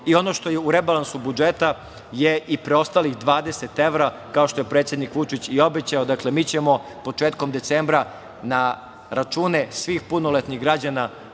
Ono što je u rebalansu budžeta je i preostalih 20 evra, kao što je predsednik Vučić i obećao. Dakle, mi ćemo početkom decembra na račune svih punoletnih građana